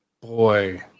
boy